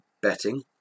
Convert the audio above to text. betting